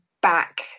back